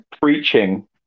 preaching